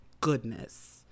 goodness